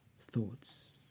thoughts